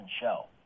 show